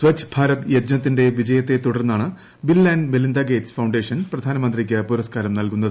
സ്വച്ഛ്ഭാരത് യജ്ഞത്തിന്റെ വിജയത്തെ തുടർന്നാണ് ബിൽ ആൻഡ് മെലിന്ദാർ ഗേറ്റ്സ് ഫൌണ്ടേഷൻ പ്രധാനമന്ത്രിയ്ക്ക് പുരസ്കാരം ന്റൽകുന്നത്